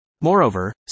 Moreover